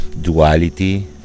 duality